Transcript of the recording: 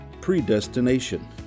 predestination